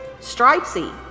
Stripesy